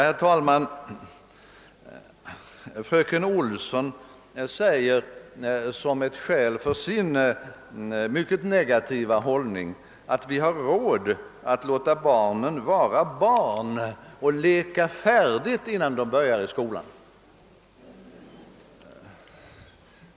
Herr talman! Fröken Olsson anför som ett skäl för sin mycket negativa hållning att vi har råd att låta barnen vara barn och leka färdigt innan de börjar skolan.